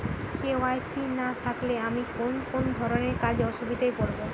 KYC না থাকলে আমি কোন কোন ধরনের কাজে অসুবিধায় পড়ব?